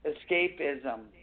Escapism